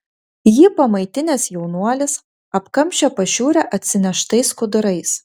jį pamaitinęs jaunuolis apkamšė pašiūrę atsineštais skudurais